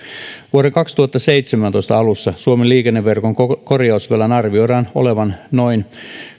vuoden kaksituhattaseitsemäntoista alussa suomen liikenneverkon korjausvelan arvioitiin olevan noin